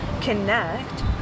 connect